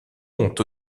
ont